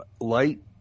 light